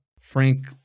Frank